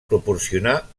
proporcionar